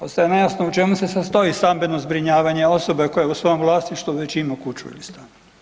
Ostaje nejasno u čemu se sastoji stambeno zbrinjavanje osobe koja u svom vlasništvu već ima kuću ili stan.